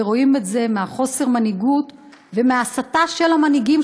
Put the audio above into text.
ורואים את זה בחוסר המנהיגות ובהסתה של המנהיגים,